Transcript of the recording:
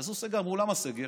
כשעשו סגר אמרו: למה סגר?